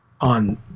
on